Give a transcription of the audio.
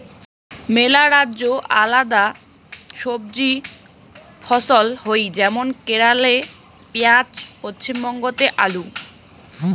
মেলা রাজ্যে আলাদা সবজি ফছল হই যেমন কেরালে পেঁয়াজ, পশ্চিমবঙ্গতে আলু